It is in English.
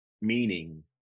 meaning